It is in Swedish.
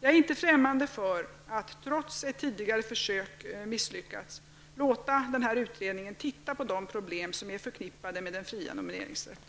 Jag är inte främmande för att -- trots att tidigare försök misslyckats -- låta denna utredning titta på de problem som är förknippade med den fria nomineringsrätten.